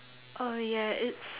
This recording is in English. oh ya it's